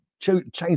change